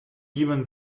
even